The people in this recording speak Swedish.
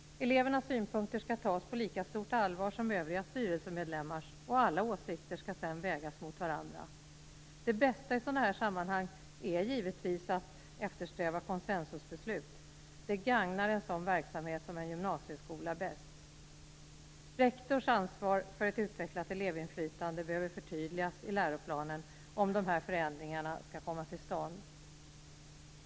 Elevernas synpunkter skall tas på lika stort allvar som övriga styrelsemedlemmars, och alla åsikter skall sedan vägas mot varandra. Det bästa i sådana sammanhang är givetvis att eftersträva konsensusbeslut. Det gagnar en sådan verksamhet som en gymnasieskola bäst. Rektors ansvar för ett utvecklat elevinflytande behöver förtydligas i läroplanen om dessa förändringar skall komma till stånd.